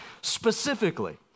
specifically